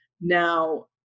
Now